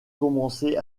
commencé